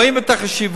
רואים את החשיבות.